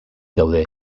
daude